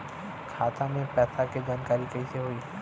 खाता मे पैसा के जानकारी कइसे होई?